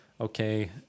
okay